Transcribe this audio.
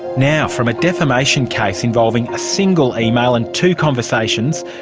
now, from a defamation case involving a single email and two conversations,